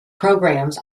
programs